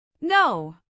No